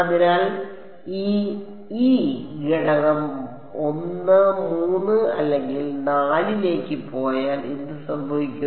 അതിനാൽ ഈ e ഘടകം 1 3 അല്ലെങ്കിൽ 4 ലേക്ക് പോയാൽ എന്ത് സംഭവിക്കും